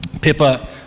Pippa